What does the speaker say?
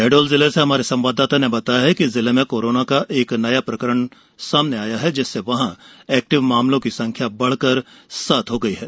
शहडोल जिले से हमारे संवाददाता ने बताया है कि जिले में कोरोना का एक नया प्रकरण सामने आया है जिससे वहां एक्टिव मामलों की संख्या बढ़कर सात हो गई है